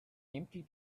empty